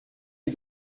est